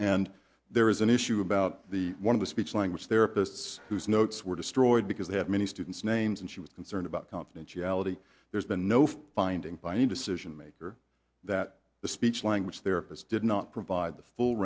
and there is an issue about the one of the speech language therapists whose notes were destroyed because they have many students names and she was concerned about confidentiality there's been no finding by any decision maker that the speech language there is did not provide the full